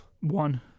One